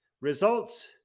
Results